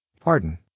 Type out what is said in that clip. Pardon